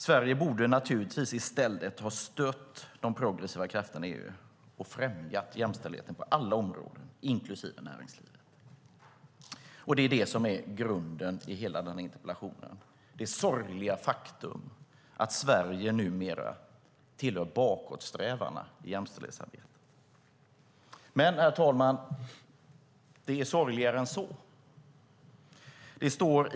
Sverige borde naturligtvis i stället ha stöttat de progressiva krafterna i EU och främjat jämställdheten på alla områden, inklusive näringslivet. Det är grunden till interpellationen, alltså det sorgliga faktum att Sverige numera tillhör bakåtsträvarna i jämställdhetsarbetet. Det är dock sorgligare än så, herr talman.